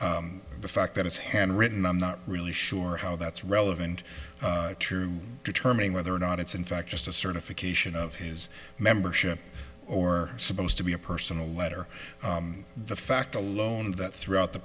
the fact that it's handwritten i'm not really sure how that's relevant true determining whether or not it's in fact just a certification of his membership or supposed to be a personal letter the fact alone that throughout the